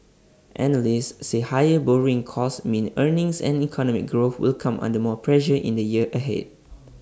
analysts say higher borrowing costs mean earnings and economic growth will come under more pressure in the year ahead